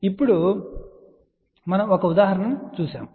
ఇప్పుడు ఆ తరువాత మనము ఉదాహరణ చూసాము